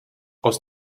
aus